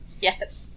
yes